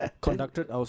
conducted